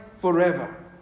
forever